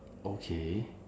okay